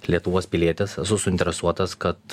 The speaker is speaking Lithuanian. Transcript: lietuvos pilietis esu suinteresuotas kad